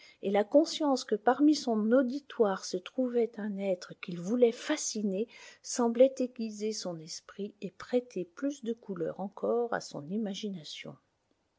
et la conscience que parmi son auditoire se trouvait un être qu'il voulait fasciner semblait aiguiser son esprit et prêter plus de couleurs encore à son imagination